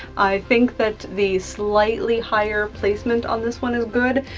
i think that the slightly higher placement on this one is good.